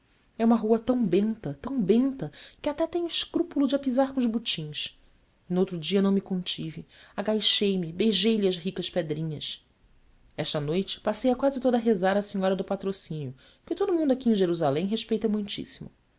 e uma rua tão benta tão benta que até tenho escrúpulo de a pisar com os botins e noutro dia não me contive agachei me beijei lhe as ricas pedrinhas esta noite passei a quase toda a rezar à senhora do patrocínio que todo o mundo aqui em jerusalém respeita muitíssimo